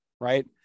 Right